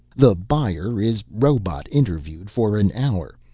the buyer is robot-interviewed for an hour,